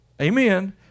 Amen